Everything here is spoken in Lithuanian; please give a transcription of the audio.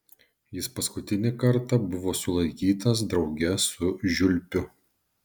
jis paskutinį kartą buvo sulaikytas drauge su žiulpiu